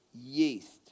yeast